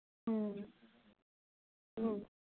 ꯎꯝ ꯎꯝ